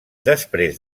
després